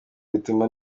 bituma